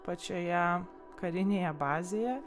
pačioje karinėje bazėje